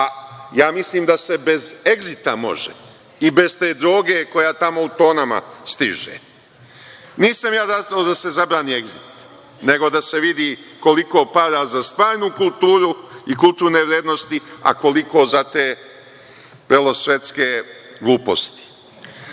može. Mislim da se bez „Egzita“ može i bez te droge koja tamo u tonama stiže. Nisam ja za to da se zabrani „Egzit“ nego da se vidi koliko para za stvarnu kulturu i kulturne vrednosti, a koliko za te belosvetske gluposti. Dalje,